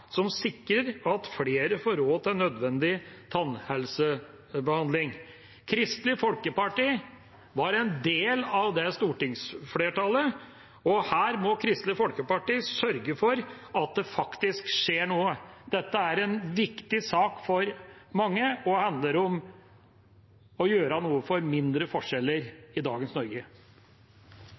som sikrer at flere får råd til nødvendig tannhelsebehandling. Kristelig Folkeparti var en del av det stortingsflertallet, og her må Kristelig Folkeparti sørge for at det faktisk skjer noe. Dette er en viktig sak for mange og handler om å gjøre noe for mindre forskjeller i dagens Norge.